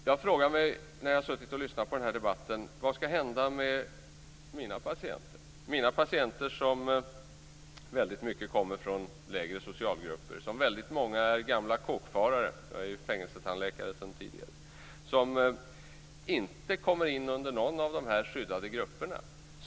Jag har när jag suttit och lyssnat på den här debatten frågat mig vad som skall hända med mina patienter, som väldigt mycket kommer från lägre socialgrupper. Många är gamla kåkfarare - jag är sedan tidigare fängelsetandläkare - som inte kommer in i någon av de skyddade grupperna.